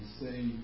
say